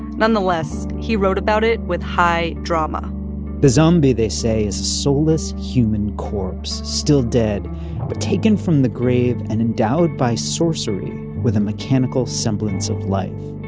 nonetheless, he wrote about it with high drama the zombie, they say, is a soulless human corpse, still dead but taken from the grave and endowed by sorcery with a mechanical semblance of life.